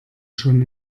schon